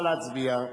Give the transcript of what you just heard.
נא להצביע.